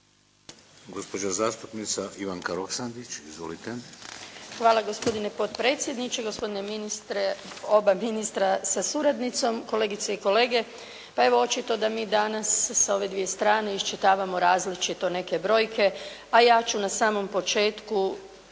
Hvala gospodine potpredsjedniče, gospodine ministre, oba ministra sa suradnicom, kolegice i kolege. Pa evo, očito da mi danas sa ove dvije strane iščitavamo različito neke brojke, a ja ću na samom početku